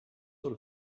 sort